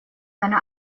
seine